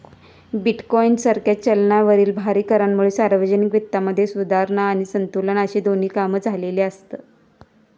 bitcoin सारख्या चलनावरील भारी करांमुळे सार्वजनिक वित्तामध्ये सुधारणा आणि संतुलन अशी दोन्ही कामा झालेली आसत